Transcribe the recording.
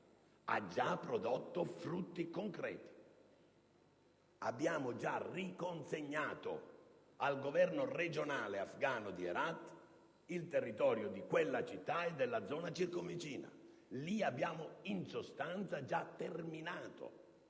ha già prodotto frutti concreti. Abbiamo già riconsegnato al Governo regionale afgano di Herat il territorio di quella città e della zona circonvicina: lì abbiamo in sostanza già terminato